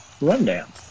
rundown